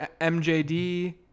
MJD